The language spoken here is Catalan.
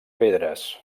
pedres